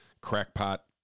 crackpot